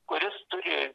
kuris turi